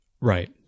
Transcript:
Right